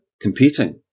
competing